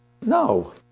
No